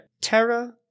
Terra